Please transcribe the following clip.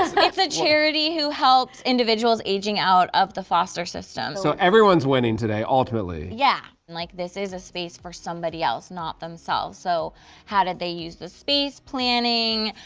ah like charity who helps individuals aging out of the foster system. so everyone's winning today ultimately yeah, and like this is a space for somebody else not themselves. so how did they use the space planning?